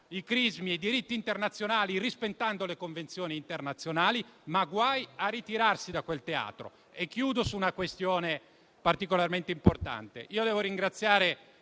i crismi e i diritti internazionali, rispettando le convenzioni internazionali. Ma guai a ritirarsi da quel teatro! Concludo su una questione particolarmente importante.